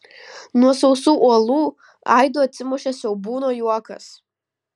nuo sausų uolų aidu atsimušė siaubūno juokas